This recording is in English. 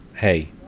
hey